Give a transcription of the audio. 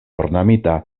ornamita